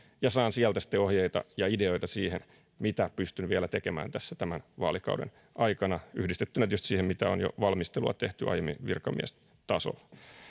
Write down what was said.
ja saan sieltä sitten ohjeita ja ideoita siihen mitä pystyn vielä tekemään tässä tämän vaalikauden aikana yhdistettynä tietysti siihen mitä valmistelua on jo tehty aiemmin virkamiestasolla